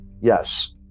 yes